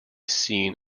seen